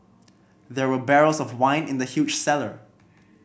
there were barrels of wine in the huge cellar